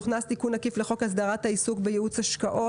הוכנס תיקון עקיף לחוק הסדרת העיסוק בייעוץ השקעות